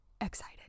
excited